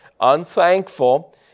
unthankful